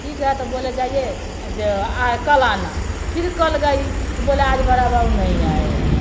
ठीक है तो बोले जाइए जे अऽ कल आना फिर कल गई तो बोला आज बड़ा बाबू नहीं आए हैं